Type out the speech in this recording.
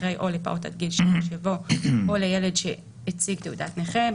אחרי "או לפעוט עד גיל שלוש" יבוא "או לילד שהציג תעודת נכה".